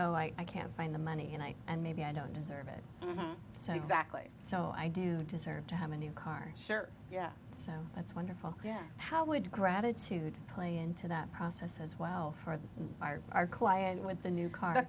oh i can't find the money in it and maybe i don't deserve it so exactly so i do deserve to have a new car share yeah so that's wonderful yeah how would gratitude play into that process as well for the our client with the new car